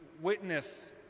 witness